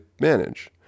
manage